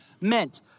meant